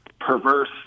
perverse